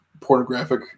pornographic